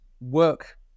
work